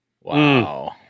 Wow